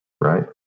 right